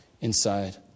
inside